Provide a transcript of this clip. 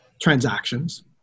transactions